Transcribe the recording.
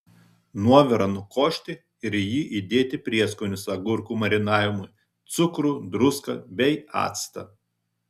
nuovirą nukošti ir į jį įdėti prieskonius agurkų marinavimui cukrų druską bei actą